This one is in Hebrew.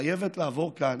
חייבת לעבור כאן